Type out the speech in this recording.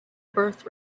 birth